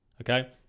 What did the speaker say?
Okay